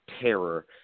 terror